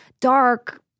dark